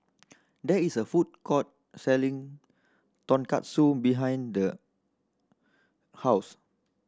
there is a food court selling Tonkatsu behind The House